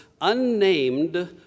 Unnamed